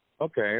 Okay